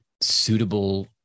suitable